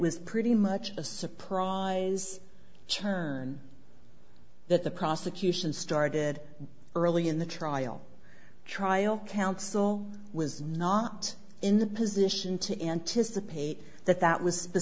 was pretty much a surprise turn that the prosecution started early in the trial trial counsel was not in the position to anticipate that that was